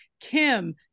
Kim